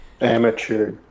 Amateur